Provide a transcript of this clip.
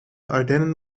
ardennen